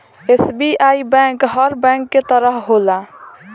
SBI bank हर bank के तरह होला